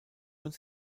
und